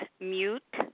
mute